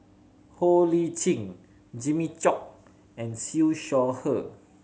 Ho Lee Jimmy Chok and Siew Shaw Her